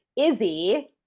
izzy